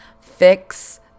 fix